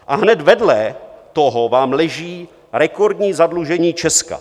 A hned vedle toho vám leží rekordní zadlužení Česka.